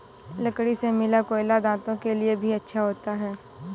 लकड़ी से मिला कोयला दांतों के लिए भी अच्छा होता है